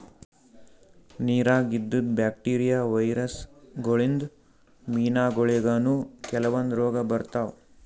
ನಿರಾಗ್ ಇದ್ದಿದ್ bacteria, virus ಗೋಳಿನ್ದ್ ಮೀನಾಗೋಳಿಗನೂ ಕೆಲವಂದ್ ರೋಗ್ ಬರ್ತಾವ್